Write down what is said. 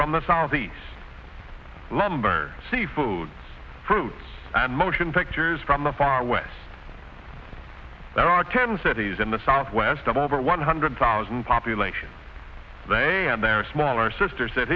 from the sour these lumber seafood fruits and motion pictures from the far west there are tens eddies in the southwest of over one hundred thousand population they and their smaller sister